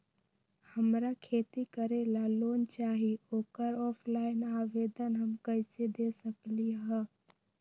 हमरा खेती करेला लोन चाहि ओकर ऑफलाइन आवेदन हम कईसे दे सकलि ह?